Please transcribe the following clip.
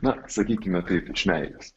na sakykime taip iš meilės